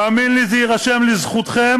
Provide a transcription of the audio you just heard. תאמין לי, זה יירשם לזכותכם,